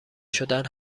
شدن